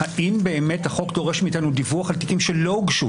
האם החוק באמת דורש מאיתנו דיווח על תיקים שלא הוגשו.